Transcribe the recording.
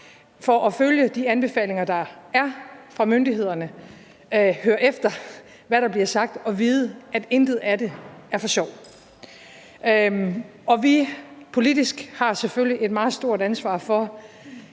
for at følge de anbefalinger, der kommer fra myndighederne, høre efter, hvad der bliver sagt, og vide, at intet af det er for sjov, i den her situation helt afgørende.